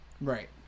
Right